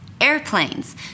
airplanes